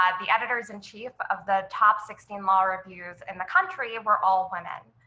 um the editors-in-chief of the top sixteen law reviews in the country were all women.